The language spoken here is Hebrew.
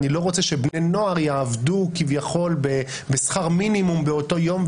ואני לא רוצה שבני נוער יעבדו כביכול בשכר מינימום באותו יום,